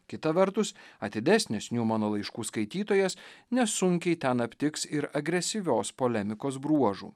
kita vertus atidesnis niumano laiškų skaitytojas nesunkiai ten aptiks ir agresyvios polemikos bruožų